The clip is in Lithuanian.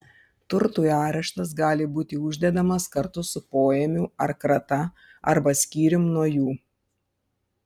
turtui areštas gali būti uždedamas kartu su poėmiu ar krata arba skyrium nuo jų